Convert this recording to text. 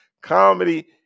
Comedy